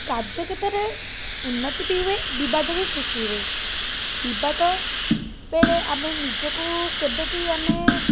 କାର୍ଯ୍ୟକ୍ଷେତ୍ରରେ ଉନ୍ନତି ବି ହୁଏ ବିବାଦ ବି ସୃଷ୍ଟି ହୁଏ ବିବାଦ ବେଳେ ଆମେ ନିଜକୁ କେବେ ବି ଆମେ